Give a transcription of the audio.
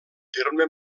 terme